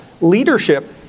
Leadership